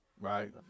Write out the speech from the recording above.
Right